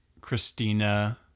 Christina